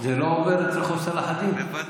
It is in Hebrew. זה לא עובר את רחוב צלאח א-דין.